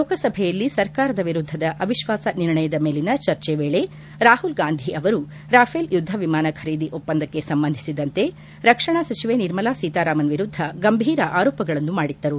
ಲೋಕಸಭೆಯಲ್ಲಿ ಸರ್ಕಾರದ ವಿರುದ್ಧದ ಅವಿಶ್ವಾಸ ನಿರ್ಣಯದ ಮೇಲಿನ ಚರ್ಚೆ ವೇಳೆ ರಾಹುಲ್ ಗಾಂಧಿ ಅವರು ರಾಫೆಲ್ ಯುದ್ಧ ವಿಮಾನ ಖರೀದಿ ಒಪ್ಪಂದಕ್ಕೆ ಸಂಬಂಧಿಸಿದಂತೆ ರಕ್ಷಣಾ ಸಚಿವೆ ನಿರ್ಮಲಾ ಸೀತಾರಾಮನ್ ವಿರುದ್ದ ಗಂಭೀರ ಆರೋಪಗಳನ್ನು ಮಾಡಿದ್ದರು